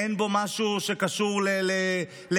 אין בו משהו שקשור לכסף,